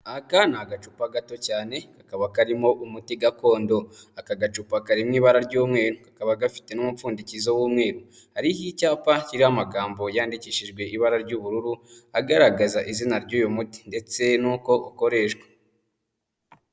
Aka ni agacupa gato cyane, kakaba karimo umuti gakondo. Aka gacupa karimo ibara ry'umweru kakaba gafite n'umupfundikizo w'umweru. Hariho icyapa kiriho amagambo yandikishijwe ibara ry'ubururu, agaragaza izina ry'uyu muti ndetse n'uko ukoreshwa.